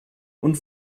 und